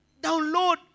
Download